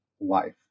life